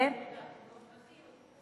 לא תאונות עבודה, תאונות דרכים.